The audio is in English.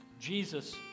Jesus